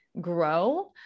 grow